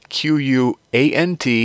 QUANT